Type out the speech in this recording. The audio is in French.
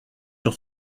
sur